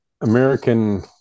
american